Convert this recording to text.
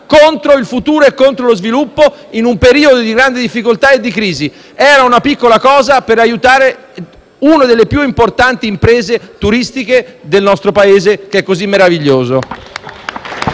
contro il futuro e contro lo sviluppo, in un periodo di grande difficoltà e di crisi. L'emendamento propone una piccola cosa, per aiutare una delle più importanti imprese del nostro Paese, che è così meraviglioso.